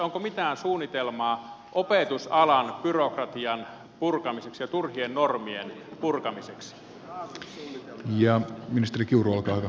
onko mitään suunnitelmaa opetusalan byrokratian purkamiseksi ja turhien normien purkamiseksi